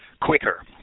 quicker